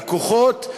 הלקוחות,